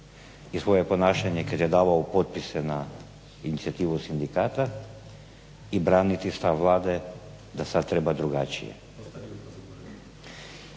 svoje ponašanje kada je davao potpise na inicijativu sindikata i braniti stav Vlade da sada treba drugačije.